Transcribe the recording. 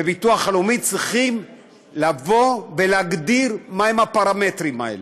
בביטוח הלאומי צריכים להגדיר מהם הפרמטרים האלה,